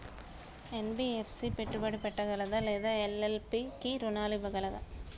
NBFC పెట్టుబడి పెట్టగలదా లేదా ఎల్.ఎల్.పి కి రుణాలు ఇవ్వగలదా?